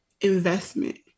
investment